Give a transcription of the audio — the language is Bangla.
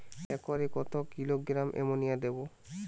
একরে কত কিলোগ্রাম এমোনিয়া দেবো?